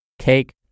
cake